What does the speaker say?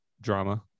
drama